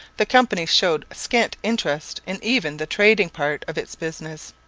the company showed scant interest in even the trading part of its business.